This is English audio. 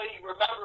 remember